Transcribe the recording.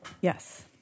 Yes